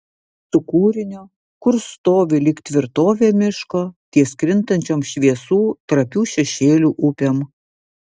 su kūriniu kurs stovi lyg tvirtovė miško ties kintančiom šviesų trapių šešėlių upėm